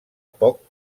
poc